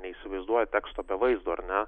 neįsivaizduoja teksto be vaizdo ar ne